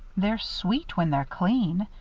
they're sweet when they're clean.